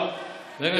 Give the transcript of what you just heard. ברגע